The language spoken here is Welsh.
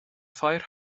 ffair